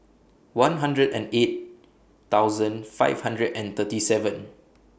one hundred and eight thousand five hundred and thirty seven